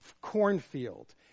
cornfield